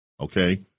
okay